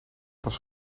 pas